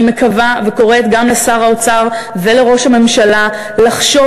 אני מקווה וקוראת גם לשר האוצר ולראש הממשלה לחשוב